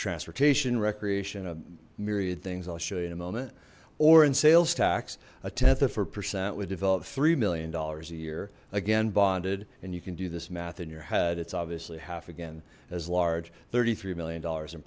transportation recreation of myriad things i'll show you in a moment or in sales tax a tenth of a percent would develop three million dollars a year again bonded and you can do this math in your head it's obviously half again as large thirty three million dollars in